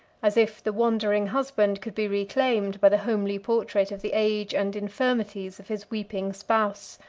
as if the wandering husband could be reclaimed by the homely portrait of the age and infirmities of his weeping spouse.